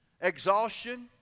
exhaustion